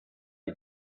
die